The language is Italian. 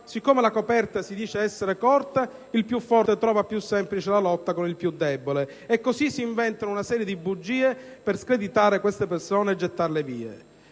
Siccome la coperta si dice essere corta, il più forte trova più semplice la lotta con il più debole, e così si inventa una serie di bugie per screditare queste persone e gettarle via.